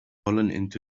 into